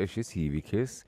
šis įvykis